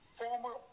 former